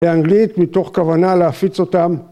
באנגלית מתוך כוונה להפיץ אותם.